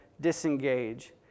disengage